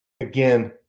Again